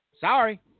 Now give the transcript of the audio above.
Sorry